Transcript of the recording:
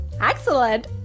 Excellent